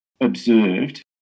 observed